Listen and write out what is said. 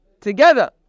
together